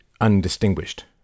undistinguished